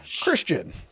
Christian